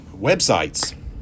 websites